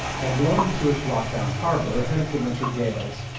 had blown into its rockbound harbour ahead of the winter gales,